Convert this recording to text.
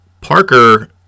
Parker